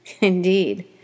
Indeed